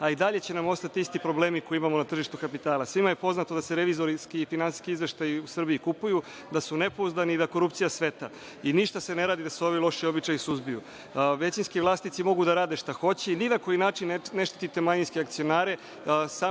a i dalje će nam ostati isti problemi koje imamo na tržištu kapitala. Svima je poznato da se revizorski i finansijski izveštaji kupuju, da su nepouzdani i da korupcija cveta, i ništa se ne radi da se ovi loši običaju suzbiju. Većinski vlasnici mogu da rade šta hoće i ni na koji način ne štitite manjinske akcionare. Sama Komisija